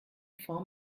form